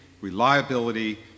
reliability